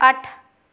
ਅੱਠ